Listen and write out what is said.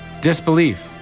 disbelief